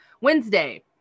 Wednesday